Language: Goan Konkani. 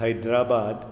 हैद्राबाद